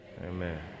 Amen